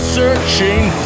searching